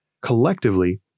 Collectively